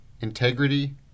integrity